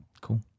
Cool